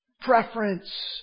Preference